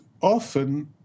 often